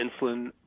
insulin